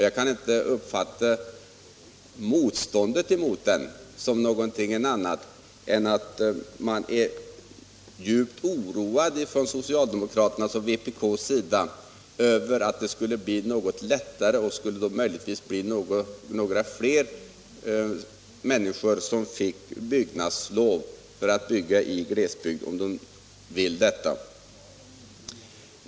Jag kan inte uppfatta motståndet mot ändringen på annat sätt än att man från socialdemokraternas och vpk:s sida är djupt oroad för att det skulle bli något lättare att få byggnadslov och att det möjligtvis skulle bli några fler människor som fick byggnadslov för att bygga i glesbygd.